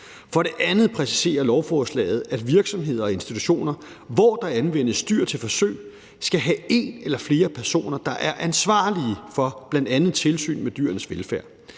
For det andet præciserer lovforslaget, at virksomheder og institutioner, hvor der anvendes dyr til forsøg, skal have en eller flere personer, der er ansvarlige for bl.a. tilsynet med dyrenes velfærd,